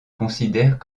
considèrent